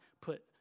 put